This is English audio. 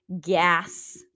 gas